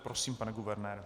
Prosím, pane guvernére.